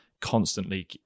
constantly